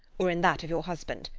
or in that of your husband.